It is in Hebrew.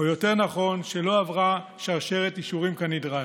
או יותר נכון שלא עברה שרשרת אישורים כנדרש.